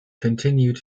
continued